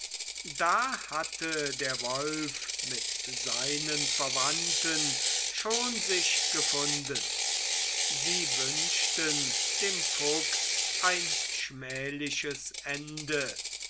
da hatte der wolf mit seinen verwandten schon sich gefunden sie wünschten dem fuchs ein schmähliches ende